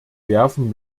werfen